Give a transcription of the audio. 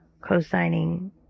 co-signing